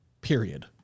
Period